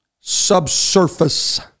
subsurface